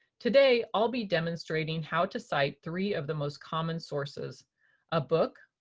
today i'll be demonstrating how to cite three of the most common sources a book,